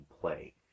play